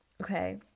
Okay